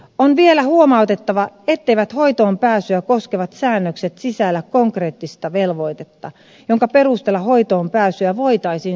on vielä huomautettava etteivät hoitoonpääsyä koskevat säännökset sisällä konkreettista velvoitetta jonka perusteella hoitoonpääsyä voitaisiin seurata